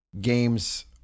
games